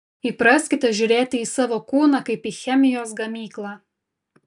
įpraskite žiūrėti į savo kūną kaip į chemijos gamyklą